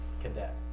cadet